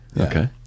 Okay